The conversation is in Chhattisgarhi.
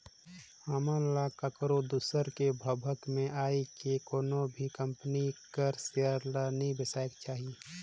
हमन ल काकरो दूसर कर भभक में आए के कोनो भी कंपनी कर सेयर ल नी बेसाएक चाही